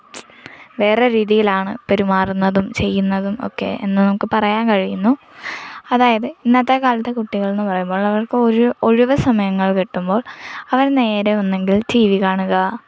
വേറെ രീതിയിലാണ് പെരുമാറുന്നതും ചെയ്യുന്നതും ഒക്കെ എന്ന് നമുക്ക് പറയാൻ കഴിയുന്നു അതായത് ഇന്നത്തെ കാലത്തെ കുട്ടികളെന്ന് പറയുമ്പോൾ അവർക്കൊഴി ഒഴിവ് സമയങ്ങൾ കിട്ടുമ്പോൾ അവർ നേരെ ഒന്നല്ലെങ്കിൽ ടീ വി കാണുകാ